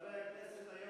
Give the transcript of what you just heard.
חברי הכנסת,